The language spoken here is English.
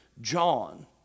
John